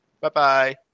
Bye-bye